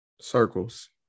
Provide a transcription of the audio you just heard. Circles